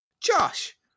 Josh